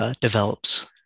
develops